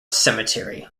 cemetery